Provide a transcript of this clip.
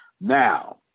Now